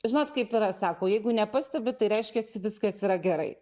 žinot kaip yra sako jeigu nepastebi tai reiškiasi viskas yra gerai